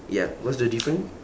ya what's the different